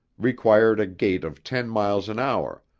required a gait of ten miles an hour,